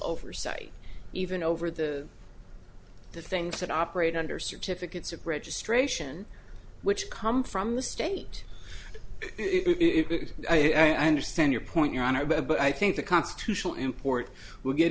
oversight even over the the things that operate under certificates of registration which come from the state if i understand your point your honor but i think the constitutional import will get